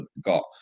got